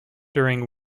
during